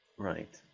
Right